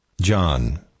John